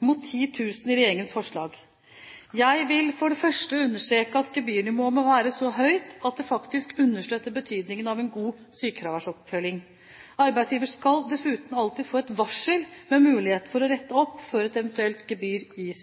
mot 10 000 kr i regjeringens forslag. Jeg vil for det første understreke at gebyrnivået må være så høyt at det faktisk understøtter betydningen av en god sykefraværsoppfølging. Arbeidsgiver skal dessuten alltid få et varsel med mulighet til å rette opp før et eventuelt gebyr gis.